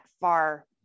far